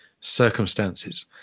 circumstances